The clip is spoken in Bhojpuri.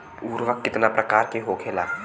उर्वरक कितना प्रकार के होखेला?